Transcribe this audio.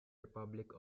republic